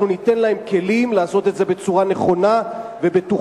אנחנו ניתן להם כלים לעשות את זה בצורה נכונה ובטוחה.